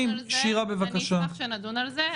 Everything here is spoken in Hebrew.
אני אשמח שנדון על זה.